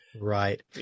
Right